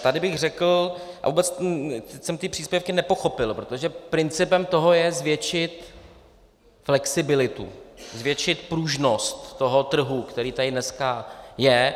Tady bych řekl, a vůbec jsem ty příspěvky nepochopil, protože principem toho je zvětšit flexibilitu, zvětšit pružnost toho trhu, který tady dneska je.